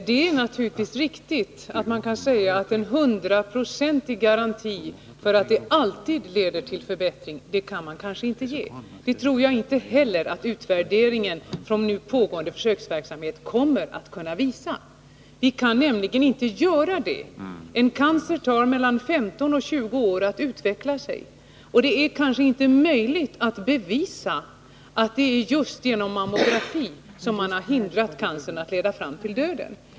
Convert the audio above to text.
Herr talman! Då tvingas jag lägga mig i debatten. Man kanske inte kan ge någon hundraprocentig garanti för att tidig diagnostik alltid leder till en förbättring — det tror jag inte heller utvärderingen av nu pågående försöksverksamhet kommer att kunna visa. Det tar mellan 15 och 20 år för en cancer att utvecklas, och det är kanske inte möjligt att bevisa att det är just genom mammografi som man hindrat att cancer lett till döden.